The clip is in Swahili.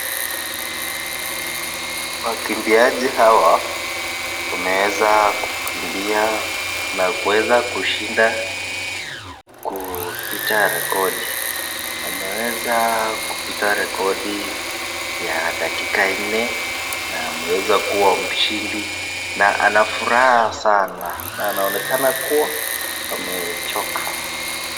Wakimbiaji hawa wameweza kukimbia na kuweza kushinda kupita rekodi wameweza kupita rekodi ya dakika nne na wameweza kuwa mshindi na anafuraha sana na anaonekana kuwa amechoka.